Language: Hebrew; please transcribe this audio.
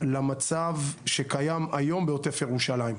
למצב שקיים היום בעוטף ירושלים,